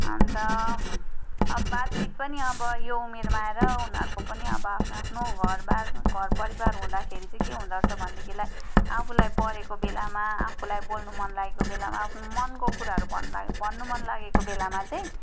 अन्त अब बातचित पनि अब यो उमेरमा आएर उनीहरूको पनि अब आफ्नो आफ्नो घरबार घरपरिवार हुँदाखेरि चाहिँ के हुँदो रहेछ भन्दाखेरिलाई आफूलाई परेको बेलामा आफूलाई बोल्नु मन लागेको बेलामा आफ्नो मनको कुराहरू भन्नु मन लागेको बेलामा चाहिँ